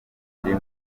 kabiri